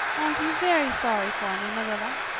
aren't you very sorry for me, marilla?